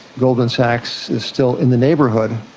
goldman sachs is still in the neighbourhood.